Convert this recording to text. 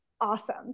awesome